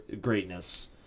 greatness